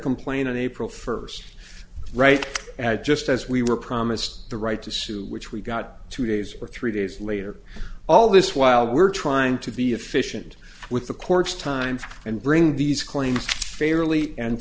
complaint of april first right had just as we were promised the right to sue which we got two days or three days later all this while we're trying to be efficient with the court's time and bring these claims fairly and